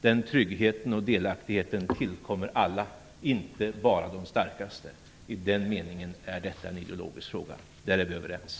Den tryggheten och delaktigheten tillkommer alla, inte bara de starkaste. I den meningen är detta en ideologisk fråga. Där är vi överens.